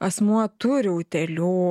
asmuo turi utėlių